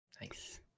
Nice